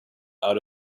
out